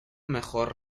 mejor